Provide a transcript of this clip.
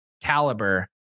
caliber